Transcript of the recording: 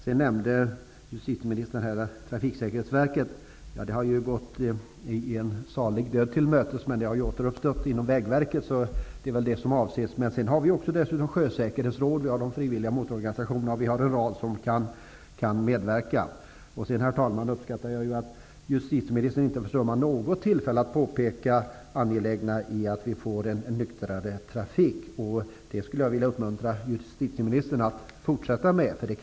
Justitieministern nämnde Trafiksäkerhetsverket, som ju gått en salig död till mötes, men sedan återuppstått i form av Vägverket. Det var väl det som avsågs. Men vi har också Sjösäkerhetsrådet, de frivilliga motororganisationerna och en rad andra intressenter som kan medverka. Herr talman! Jag uppskattade också att justitieministern inte försummar något tillfälle att påpeka det angelägna i att vi får en nyktrare trafik. Jag skulle vilja uppmuntra justitieministern att fortsätta med det.